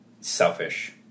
selfish